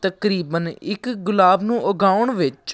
ਤਕਰੀਬਨ ਇੱਕ ਗੁਲਾਬ ਨੂੰ ਉਗਾਉਣ ਵਿੱਚ